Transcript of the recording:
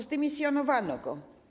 Zdymisjonowano go.